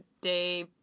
day